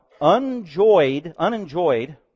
unenjoyed